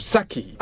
Saki